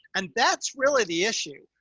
and that's really the issue.